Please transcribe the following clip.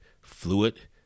fluid